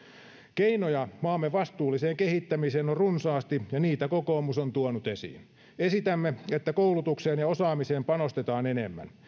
keinoja maamme vastuulliseen kehittämiseen on runsaasti ja niitä kokoomus on tuonut esiin esitämme että koulutukseen ja osaamiseen panostetaan enemmän